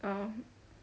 ya